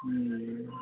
हूँ